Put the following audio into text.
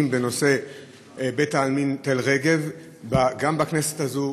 בנושא בית-העלמין תל-רגב גם בכנסת הזאת,